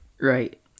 Right